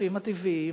השותפים הטבעיים?